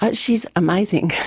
but she's amazing.